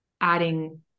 adding